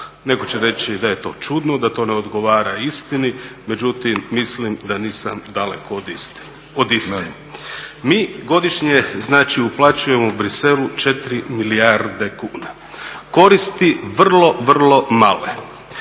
Neko će reći da je to čudno, da to ne odgovara istini, međutim mislim da nisam daleko od istine, od iste. Mi godišnje znači uplaćujemo Bruxellesu 4 milijarde kuna. Koristi vrlo, vrlo male